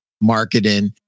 marketing